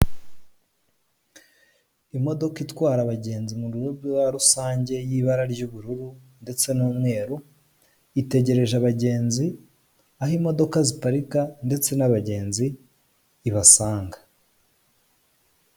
Imodoka itwara abagenzi mu buryo bwa rusange y'ibara ry'ubururu ndetse n'umweru, itegereje abagenzi, aho imodoka ziparika, ndetse n'abagenzi ibasanga.